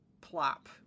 plop